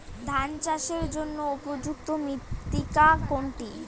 ধান চাষের জন্য উপযুক্ত মৃত্তিকা কোনটি?